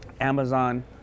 Amazon